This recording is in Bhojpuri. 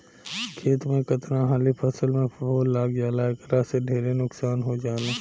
खेत में कतना हाली फसल में फफूंद लाग जाला एकरा से ढेरे नुकसान हो जाला